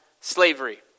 slavery